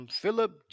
Philip